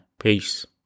Peace